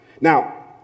Now